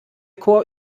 chor